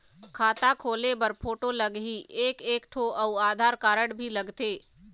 खाता खोले बर फोटो लगही एक एक ठो अउ आधार कारड भी लगथे?